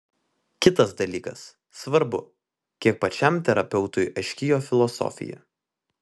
kitas dalykas svarbu kiek pačiam terapeutui aiški jo filosofija